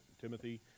Timothy